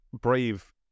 Brave